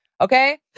Okay